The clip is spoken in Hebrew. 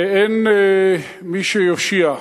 ואין מי שיושיע.